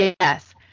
Yes